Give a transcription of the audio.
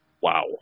Wow